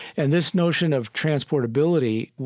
and this notion of transportability,